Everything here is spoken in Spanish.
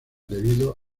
debido